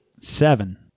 Seven